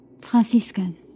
Franciscan